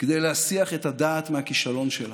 כדי להסיח את הדעת מהכישלון שלה.